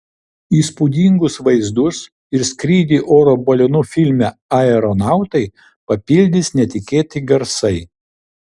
įspūdingus vaizdus ir skrydį oro balionu filme aeronautai papildys netikėti garsai